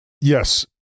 yes